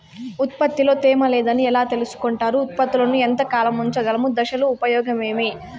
ఉత్పత్తి లో తేమ లేదని ఎలా తెలుసుకొంటారు ఉత్పత్తులను ఎంత కాలము ఉంచగలము దశలు ఉపయోగం ఏమి?